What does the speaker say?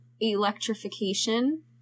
electrification